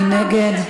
מי נגד?